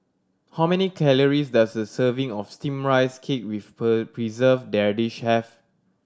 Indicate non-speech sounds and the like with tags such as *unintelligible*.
how many calories does a serving of Steamed Rice Cake with *unintelligible* Preserved Radish have